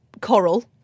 coral